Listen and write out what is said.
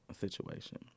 situation